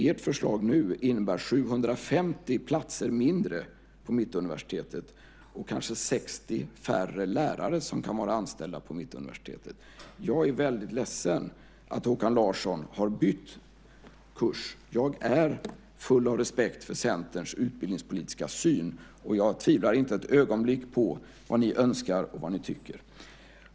Ert förslag nu innebär 750 platser mindre på Mittuniversitet och kanske 60 färre lärare som kan vara anställda på Mittuniversitet. Jag är väldigt ledsen att Håkan Larsson har bytt kurs. Jag är full av respekt för Centerns utbildningspolitiska syn, och jag tvivlar inte ett ögonblick på vad ni önskar och vad ni tycker.